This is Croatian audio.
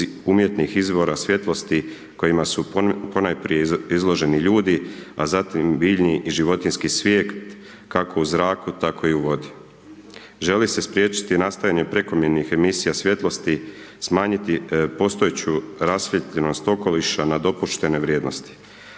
umjetnih izvora svjetlosti kojima su ponajprije izloženi ljudi a zatim biljni i životinjski svijet kako u zraku tako i u vodi. Želi se spriječiti nastajanja prekomjernih emisija svjetlosti, smanjiti postojeću rasvijetljenost okoliša na dopuštene vrijednosti.